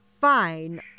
Fine